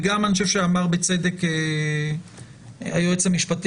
וגם אני חושב שאמר בצדק היועץ המשפטי,